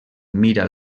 mira